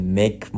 make